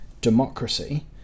democracy